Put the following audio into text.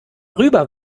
rüber